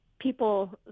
people